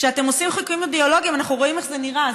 כשאתם עושים חיקויים אידיאולוגיים אנחנו רואים איך זה נראה,